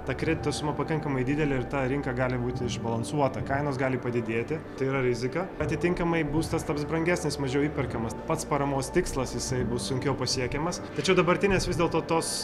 ta kredito suma pakankamai didelė ir ta rinka gali būti išbalansuota kainos gali padidėti tai yra rizika atitinkamai būstas taps brangesnis mažiau įperkamas pats paramos tikslas jisai bus sunkiau pasiekiamas tačiau dabartinės vis dėlto tos